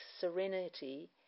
serenity